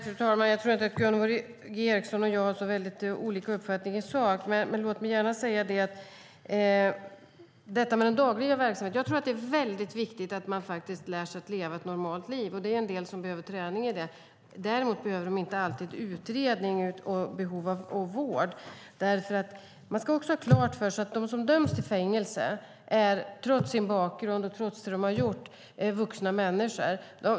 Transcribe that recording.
Fru talman! Jag tror inte att Gunvor G Ericson och jag har så olika uppfattningar i sak. Men låt mig gärna säga något när det gäller detta med den dagliga verksamheten. Jag tror att det är väldigt viktigt att man faktiskt lär sig att leva ett normalt liv. Det är en del som behöver träning i det. Däremot behöver de inte alltid utredning och vård. Man ska ha klart för sig att de som döms till fängelse är, trots sin bakgrund och trots det de har gjort, vuxna människor.